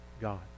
God